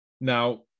Now